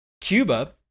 Cuba